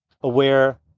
aware